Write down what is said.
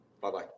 Bye-bye